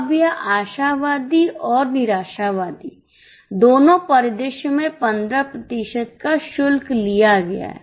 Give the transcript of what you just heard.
अब यह आशावादी और निराशावादी दोनों परिदृश्य में 15 प्रतिशत का शुल्क लिया गया है